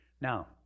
Now